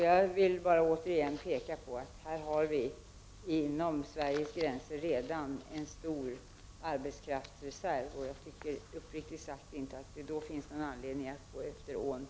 Jag vill återigen påpeka att vi inom Sveriges gränser redan har en stor arbetskraftsreserv. Jag tycker uppriktigt sagt inte att det då finns någon anledning att gå över ån efter vatten.